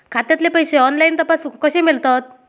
खात्यातले पैसे ऑनलाइन तपासुक कशे मेलतत?